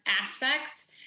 aspects